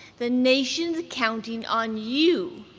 the nation's counting on you.